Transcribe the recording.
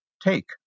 take